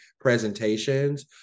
presentations